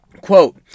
Quote